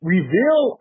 Reveal